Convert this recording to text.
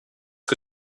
que